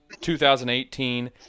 2018